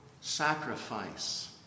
sacrifice